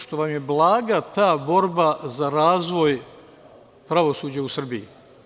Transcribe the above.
Što vam je blaga ta borba za razvoj pravosuđa u Srbiji.